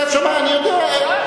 בסדר, אני יודע.